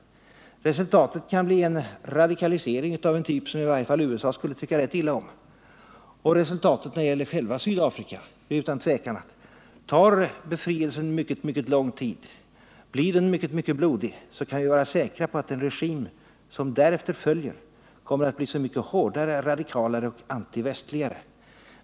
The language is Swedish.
Resultatet kan bli en radikalisering av en typ som åtminstone USA skulle tycka rätt illa om. Och tar befrielsen i Sydafrika mycket, mycket lång tid, blir den mycket, mycket blodig, så kan vi vara säkra på att den regim som därefter följer kommer att bli så mycket hårdare, radikalare och antivästligare.